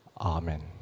Amen